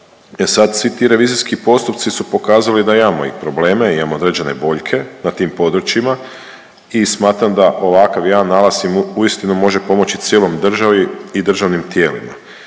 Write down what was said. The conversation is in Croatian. svi ti revizijski postupci su pokazali da imamo i probleme, imamo određene boljke na tim područjima i smatram da ovakav jedan nalaz uistinu može pomoći cijeloj državi i državnim tijelima,